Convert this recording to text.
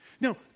Now